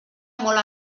molt